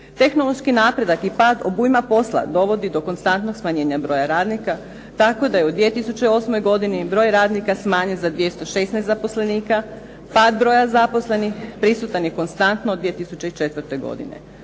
Tehnološki napredak i pad obujma posla dovodi do konstantnog smanjenja broja radnika, tako da je u 2008. godini broj radnika smanjen za 216 zaposlenika. Pad broja zaposlenih prisutan je konstantno od 2004. godine.